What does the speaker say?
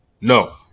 No